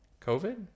COVID